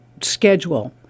schedule